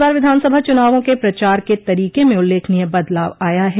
इस बार विधानसभा चुनावों के प्रचार के तरीके में उल्लेखनीय बदलाव आया है